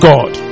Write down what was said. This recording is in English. God